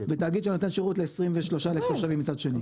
ותאגיד שנותן שירות ל-23,000 תושבים מצד שני.